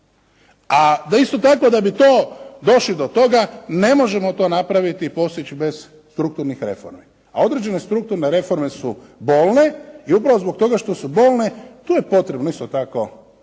A da isto tako da bi to došli do toga ne možemo to napraviti i postići bez strukturnih reformi. A određene strukturne reforme su bolne i upravo zbog toga što su bolne tu je potrebno isto tako jedinstvo,